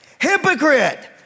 Hypocrite